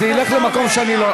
זה ילך למקום שאני לא,